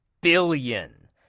billion